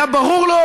היה ברור לו,